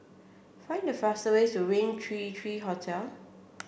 find the fastest way to Rain Three Three Hotel